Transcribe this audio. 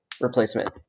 replacement